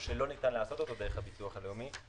שלא ניתן לעשות אותו דרך הביטוח הלאומי.